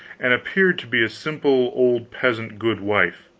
and appeared to be a simple old peasant goodwife.